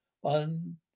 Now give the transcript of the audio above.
One